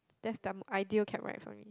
that's the ideal cab ride for me